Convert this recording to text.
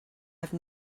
have